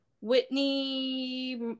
whitney